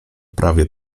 prawie